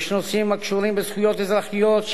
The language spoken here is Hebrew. ויש נושאים הקשורים בזכויות אזרחיות,